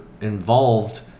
involved